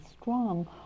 strong